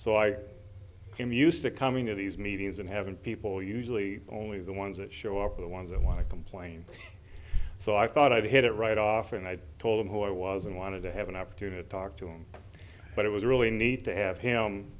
so i am used to coming to these meetings and having people usually only the ones that show up are the ones that want to complain so i thought i'd hit it right off and i told them who i was and wanted to have an opportunity to talk to him but it was really neat to have him